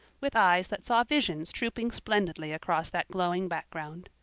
with eyes that saw visions trooping splendidly across that glowing background.